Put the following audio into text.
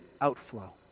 outflow